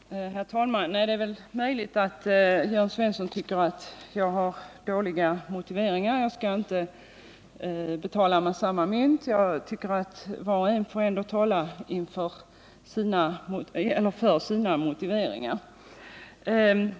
Herr talman! Det är möjligt att Jörn Svensson tycker att jag har dåliga motiveringar. Jag skall inte betala med samma mynt. Jag tycker att var och en får tala för sina motiveringar.